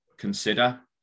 Consider